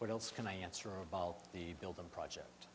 what else can i answer about the building project